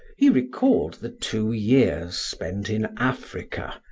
he recalled the two years spent in africa,